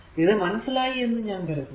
ഇത് മനസ്സിലായി എന്ന് ഞാൻ കരുതുന്നു